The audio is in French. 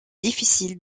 difficile